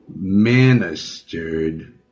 ministered